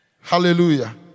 Hallelujah